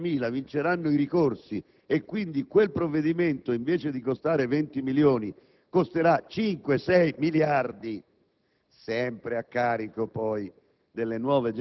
allora, delle due l'una: o i 350.000 vinceranno i ricorsi, quindi quel provvedimento invece di costare 20 milioni di euro, costerà 5-6 miliardi